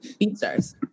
Beatstars